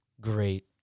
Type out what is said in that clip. great